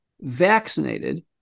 vaccinated